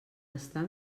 estar